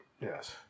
yes